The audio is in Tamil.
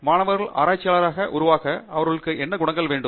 மாணவர்கள் ஆராய்ச்சியாளராக உருவாக அவர்களுக்குள் என்ன குணங்கள் வேண்டும்